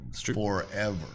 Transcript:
forever